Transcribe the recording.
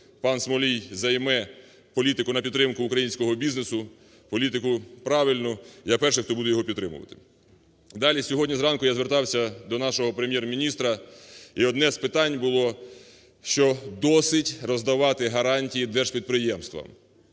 пан Смолій займе політику на підтримку українського бізнесу, політику правильну, я перший, хто буде його підтримувати. Далі. Сьогодні зранку я звертався до нашого Прем'єр-міністра, і одне з питань було, що досить роздавати гарантії держпідприємствам,